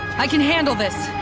i can handle this!